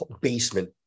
basement